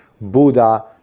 Buddha